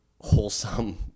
wholesome